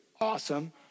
awesome